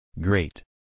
Great